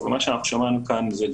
ואנחנו נמשיך את